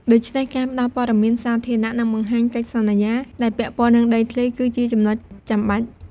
ដូច្នេះការផ្ដល់ព័ត៌មានសាធារណៈ និងបង្ហាញកិច្ចសន្យាដែលពាក់ព័ន្ធនឹងដីធ្លីគឺជាចំណុចចាំបាច់។